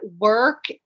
work